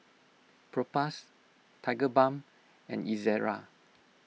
Propass Tigerbalm and Ezerra